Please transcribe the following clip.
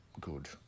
good